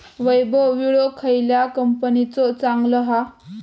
वैभव विळो खयल्या कंपनीचो चांगलो हा?